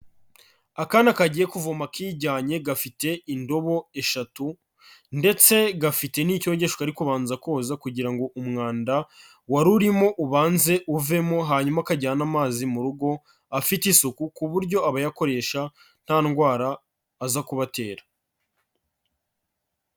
Akana kagiye kuvoma kijyanye gafite indobo eshatu ndetse gafite n'icyogesho kari kubanza koza kugira ngo umwanda wari urimo ubanze uvemo, hanyuma kajyane amazi mu rugo afite isuku, ku buryo abayakoresha nta ndwara aza kubatera.